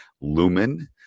Lumen